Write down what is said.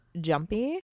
jumpy